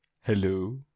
Hello